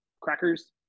crackers